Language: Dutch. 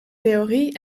theorie